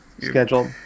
scheduled